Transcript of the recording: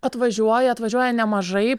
atvažiuoja atvažiuoja nemažai